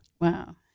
Wow